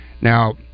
Now